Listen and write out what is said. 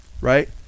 right